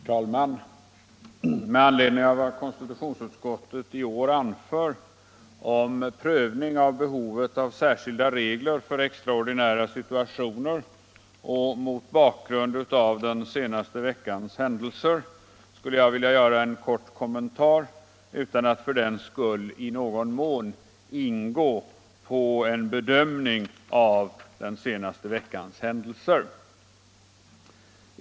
Herr talman! Med anledning av vad konstitutionsutskottet i år anfört om prövning av behovet av särskilda regler för extraordinära situationer och mot bakgrund av den senaste veckans händelser skulle jag vilja göra en kort kommentar utan att för den skull ingå på en bedömning av den senaste veckans händelser.